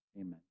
Amen